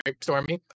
Stormy